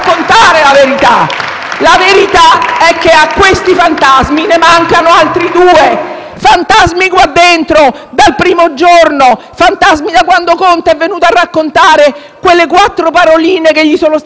è che a questi fantasmi ne mancano altri due; fantasmi qui dentro dal primo giorno, fantasmi da quando Conte è venuto a raccontare quelle quattro paroline che gli è stato concesso di dire sull'accordo con l'Europa.